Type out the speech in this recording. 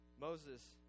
Moses